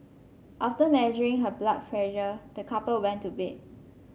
after measuring her blood pressure the couple went to bed